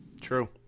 True